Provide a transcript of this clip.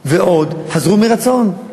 ועוד חזרו מרצון.